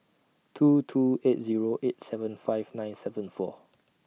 two two eight Zero eight seven five nine seven four